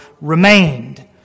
remained